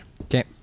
okay